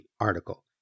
article